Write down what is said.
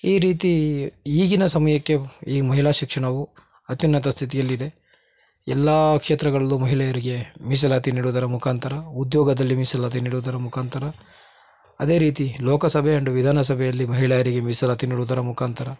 ಈ ರೀತಿ ಈಗಿನ ಸಮಯಕ್ಕೆ ಈ ಮಹಿಳಾ ಶಿಕ್ಷಣವು ಅತ್ಯುನ್ನತ ಸ್ಥಿತಿಯಲ್ಲಿದೆ ಎಲ್ಲಾ ಕ್ಷೇತ್ರಗಳಲ್ಲೂ ಮಹಿಳೆಯರಿಗೆ ಮೀಸಲಾತಿ ನೀಡುವುದರ ಮುಖಾಂತರ ಉದ್ಯೋಗದಲ್ಲಿ ಮೀಸಲಾತಿ ನೀಡುವುದರ ಮುಖಾಂತರ ಅದೇ ರೀತಿ ಲೋಕಸಭೆ ಆ್ಯಂಡ್ ವಿಧಾನಸಭೆಯಲ್ಲಿ ಮಹಿಳೆಯರಿಗೆ ಮೀಸಲಾತಿ ನೀಡುವುದರ ಮುಖಾಂತರ